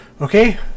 okay